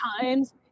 times